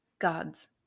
God's